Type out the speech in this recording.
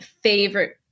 favorite